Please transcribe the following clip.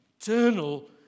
eternal